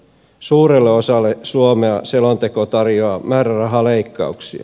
suurelle osalle suomea selonteko tarjoaa määrärahaleikkauksia